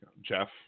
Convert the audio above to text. Jeff